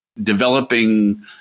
developing